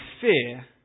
fear